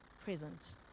present